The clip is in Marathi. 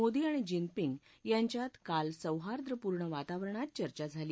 मोदी आणि जिनपिंग यांच्यात काल सौहार्दपूर्ण वातावरणात चर्चा झाली